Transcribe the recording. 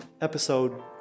episode